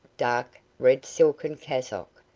dark, red silken cassock,